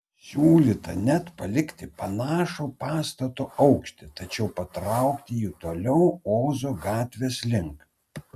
siūlyta net palikti panašų pastato aukštį tačiau patraukti jį toliau ozo gatvės link